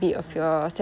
mm